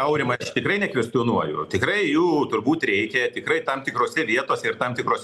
aurimai tikrai nekvestionuoju tikrai jų turbūt reikia tikrai tam tikrose vietose ir tam tikruos